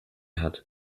hat